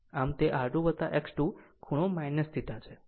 આમ તે R2 X2 ખૂણો θ છે